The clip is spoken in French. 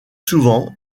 souvent